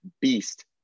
beast